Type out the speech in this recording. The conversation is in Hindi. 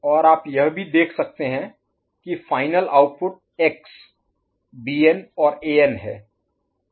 और आप यह भी देख सकते हैं कि फाइनल आउटपुट X Bn और An है